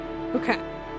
Okay